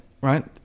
Right